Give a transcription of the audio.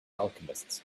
alchemists